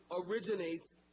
originates